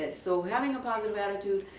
and so having a positive attitude,